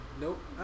Nope